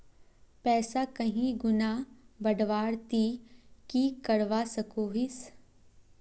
पैसा कहीं गुणा बढ़वार ती की करवा सकोहिस?